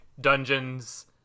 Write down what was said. dungeons